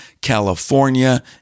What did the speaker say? California